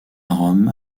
rome